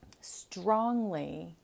strongly